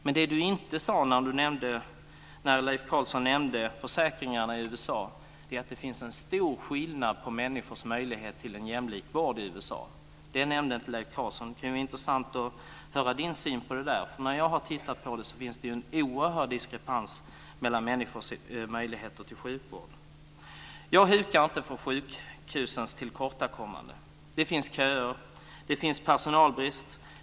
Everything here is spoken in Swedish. Men vad Leif Carlson inte sade när han talade om försäkringarna i USA är att det finns stora skillnader där mellan människors möjligheter till en jämlik vård. Det nämnde inte Leif Carlson men det skulle vara intressant att höra hans syn på den saken. Jag har tittat närmare på detta och finner en oerhörd diskrepans mellan människors möjligheter till sjukvård. Jag hukar inte för sjukhusens tillkortakommanden. Det finns köer och det är personalbrist.